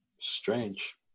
strange